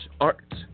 Art